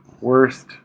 worst